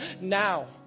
now